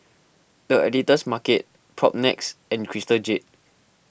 the Editor's Market Propnex and Crystal Jade